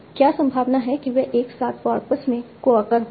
क्या संभावना है कि वे एक साथ कॉर्पस में कोअक्र हुए